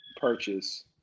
purchase